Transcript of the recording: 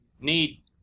need